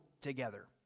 together